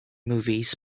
movies